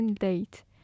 date